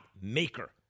maker